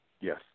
Yes